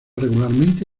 regularmente